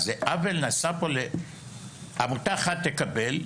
אז זה עוול נעשה פה, עמותה אחת תקבל,